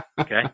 okay